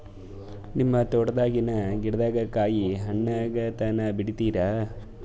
ನಿಮ್ಮ ತೋಟದಾಗಿನ್ ಗಿಡದಾಗ ಕಾಯಿ ಹಣ್ಣಾಗ ತನಾ ಬಿಡತೀರ?